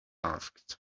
asked